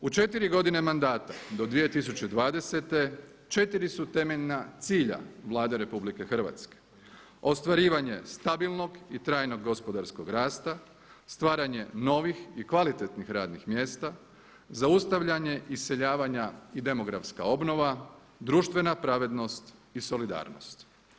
U četiri godine mandata do 2020. 4 su temeljna cilja Vlade Republike Hrvatske: ostvarivanje stabilnog i trajnog gospodarskog rasta, stvaranje novih i kvalitetnih radnih mjesta, zaustavljanje iseljavanja i demografska obnova, društvena pravednost i solidarnost.